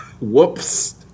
whoops